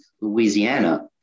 Louisiana